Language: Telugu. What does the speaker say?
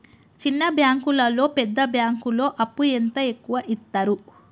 చిన్న బ్యాంకులలో పెద్ద బ్యాంకులో అప్పు ఎంత ఎక్కువ యిత్తరు?